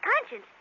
conscience